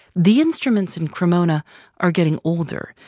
the instruments in cremona are getting older.